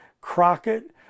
Crockett